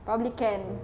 probably can